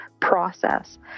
process